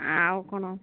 ଆଉ କ'ଣ